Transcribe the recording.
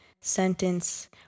sentence